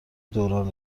دوران